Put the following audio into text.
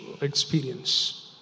experience